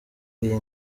iyi